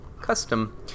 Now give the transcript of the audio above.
Custom